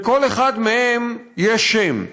לכל אחד מהם יש שם.